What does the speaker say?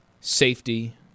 safety